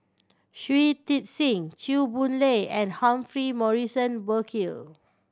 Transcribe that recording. Shui Tit Sing Chew Boon Lay and Humphrey Morrison Burkill